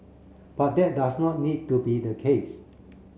but that does not need to be the case